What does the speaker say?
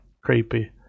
creepy